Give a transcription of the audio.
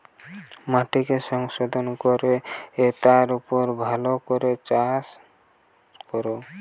মাটিকে সংশোধন কোরে তার উপর ভালো ভাবে চাষ করে